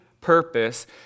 purpose